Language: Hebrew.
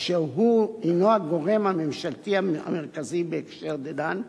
אשר הוא הגורם הממשלתי המרכזי בהקשר דנן,